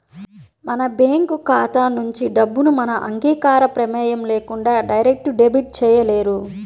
మన బ్యేంకు ఖాతా నుంచి డబ్బుని మన అంగీకారం, ప్రమేయం లేకుండా డైరెక్ట్ డెబిట్ చేయలేరు